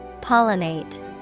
Pollinate